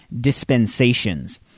dispensations